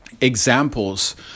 examples